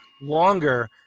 longer